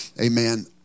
amen